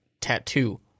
tattoo